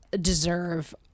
deserve